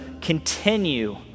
continue